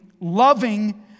loving